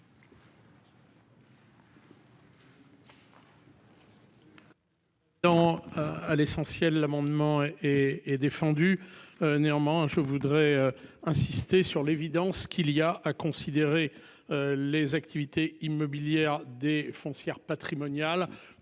à l'essentiel, l'amendement est défendu. Néanmoins, je voudrais insister sur l'évidence qu'il y a à considérer. Les activités immobilières des foncières patrimonial